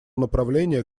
направление